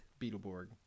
beetleborg